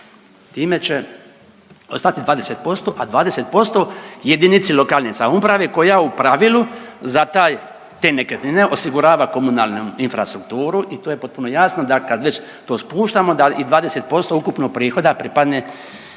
time će ostati 20%, a 20% jedinici lokalne samouprave koja u pravilu za taj te nekretnine osigurava komunalnu infrastrukturu i to je potpuno jasno da kad već to spuštamo da i 20% ukupnog prihoda pripadne